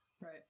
Right